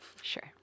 Sure